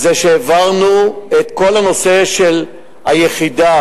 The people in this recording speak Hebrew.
העברנו את כל הנושא של היחידה